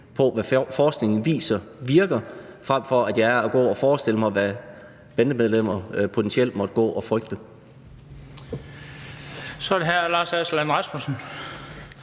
på, hvad forskningen viser virker, frem for at jeg går og forestiller mig, hvad bandemedlemmer potentielt måtte gå og frygte. Kl. 18:58 Den fg. formand (Bent